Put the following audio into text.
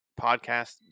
podcast